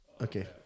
Okay